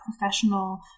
professional